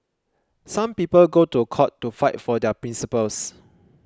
some people go to court to fight for their principles